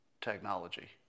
technology